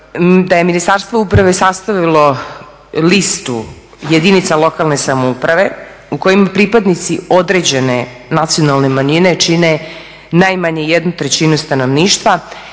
da je Ministarstvo uprave sastavilo listu jedinica lokalne samouprave u kojima pripadnici određene nacionalne manjine čine najmanje jednu trećinu stanovništva